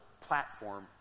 platform